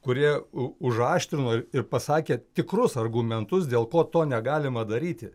kurie užaštrino ir pasakė tikrus argumentus dėl ko to negalima daryti